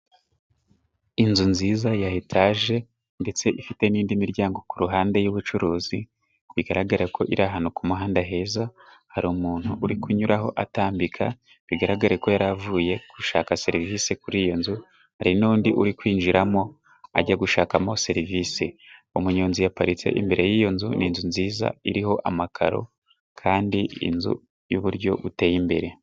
Inzu nziza ya etaje ndetse ifite n'indi miryango ku ruhande y'ubucuruzi bigaragara ko iri ahantu ku kumuhanda heza, hari umuntu uri kunyuraho atambika bigaragare ko yari avuye gushaka serivisi kuri iyo nzu. Hari n'undi uri kwinjiramo ajya gushakamo serivisi, umunyonzi yaparitse imbere y'iyo nzu ni inzu nziza iriho amakaro kandi inzu y'uburyo buteye imbere.